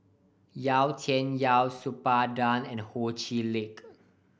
Yau Tian Yau Suppiah Dan and Ho Chee Lick